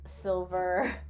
silver